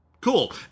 Cool